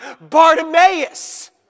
Bartimaeus